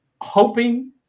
hoping